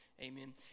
Amen